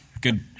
Good